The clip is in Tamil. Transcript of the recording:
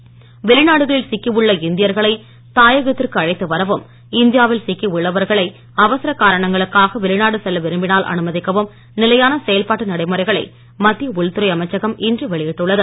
இந்தியர் மீட்பு வெளிநாடுகளில் சிக்கி உள்ள இந்தியர்களை தாயகத்திற்கு அழைத்து வரவும் இந்தியாவில் சிக்கி உள்ளவர்கள் அவசர காரணங்களுக்காக வெளிநாடு செல்ல விரும்பினால் அனுமதிக்கவும் நிலையான செயல்பாட்டு நடைமுறைகளை மத்திய உள்துறை அமைச்சகம் இன்று வெளியிட்டுள்ளது